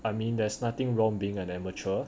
I mean there's nothing wrong being an amateur